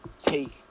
take